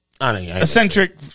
eccentric